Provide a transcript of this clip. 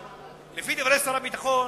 לפי דברי שר הביטחון,